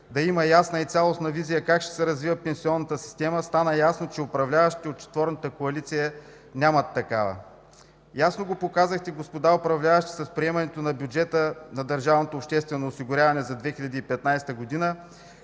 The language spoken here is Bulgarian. да има ясна и цялостна визия как ще се развива пенсионната система, стана ясно, че управляващите от четворната коалиция нямат такава. Ясно го показахте, господа управляващи, с приемането на бюджета на държавното обществено осигуряване за 2015 г.,